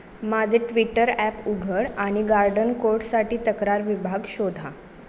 माझे Twitter app उघड आणि गार्डन कोर्टसाठी तक्रार विभाग शोधा